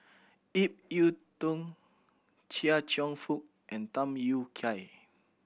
Ip Yiu Tung Chia Cheong Fook and Tham Yui Kai